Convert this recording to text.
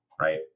right